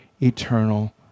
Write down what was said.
eternal